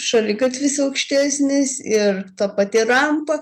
šaligatvis aukštesnis ir ta pati rampa